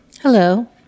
Hello